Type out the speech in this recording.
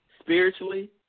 spiritually